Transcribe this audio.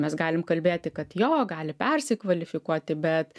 mes galim kalbėti kad jo gali persikvalifikuoti bet